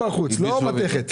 לבין מתכת.